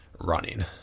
running